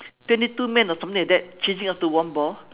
twenty two men or something like that chasing after one ball